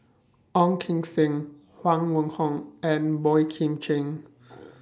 Ong Kim Seng Huang Wenhong and Boey Kim Cheng